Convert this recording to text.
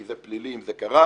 כי זה פלילי אם זה קרה,